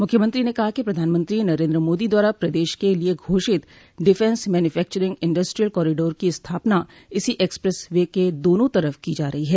मुख्यमंत्री ने कहा कि प्रधानमंत्री नरेन्द्र मोदी द्वारा प्रदेश के लिये घोषित डिफेंस मैन्यूफैंक्चरिंग इंडस्ट्रियल कॉरीडोर की स्थापना इसी एक्सप्रेस वे के दोनों तरफ की जा रही है